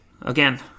Again